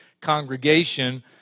congregation